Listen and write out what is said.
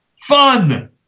Fun